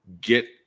get